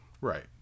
Right